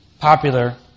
popular